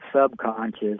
subconscious